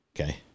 Okay